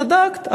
צדקתְ,